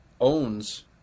owns